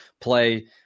play